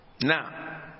Now